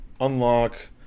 unlock